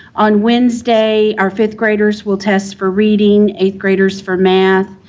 on wednesday, our fifth graders will test for reading, eighth graders for math,